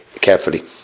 carefully